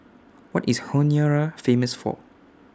What IS Honiara Famous For